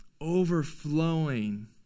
Overflowing